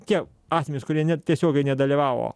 tie asmenys kurie net tiesiogiai nedalyvavo